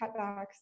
cutbacks